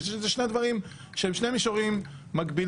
שזה שני דברים שהם שני מישורים מקבילים,